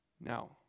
Now